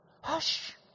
Hush